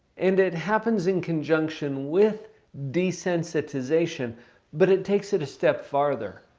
and it happens in conjunction with desensitization but it takes it a step farther.